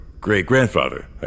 great-grandfather